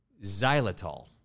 xylitol